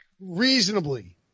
reasonably